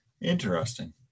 Interesting